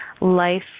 life